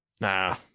Nah